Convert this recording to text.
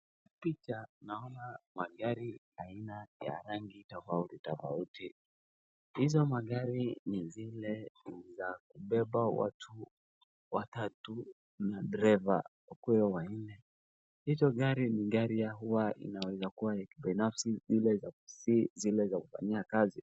Picha naona magari aina ya rangi tofauti tofauti. Hizo magari ni zile za kubeba watu watatu na dereva wakue wanne. Hicho gari ni gari ya huwa inaweza kuwa ya binafsi si zile za kufanyia kazi.